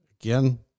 Again